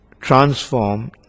transform